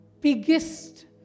biggest